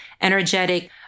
energetic